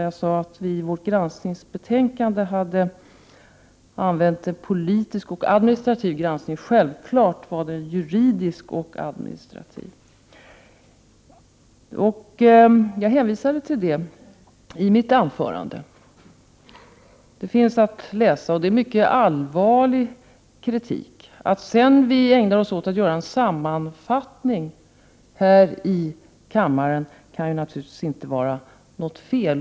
Jag sade att vi i vårt granskningsbetänkande hade ägnat oss åt politisk och juridisk granskning. Självfallet skall det vara juridisk och administrativ granskning. Det är mycket allvarlig kritik, och den finns att läsa i betänkandet. Att vi sedan här i kammaren ägnar oss åt att göra en sammanfattning kan naturligtvis inte vara något fel.